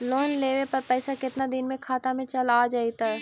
Loan लेब पर पैसा कितना दिन में खाता में चल आ जैताई?